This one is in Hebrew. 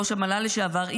ראש המל"ל לשעבר,